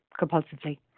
compulsively